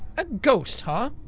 a ghost huh?